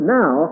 now